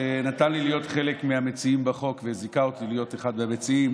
שנתן לי להיות אחד המציעים בחוק וזיכה אותי להיות אחד מהמציעים.